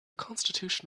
constitution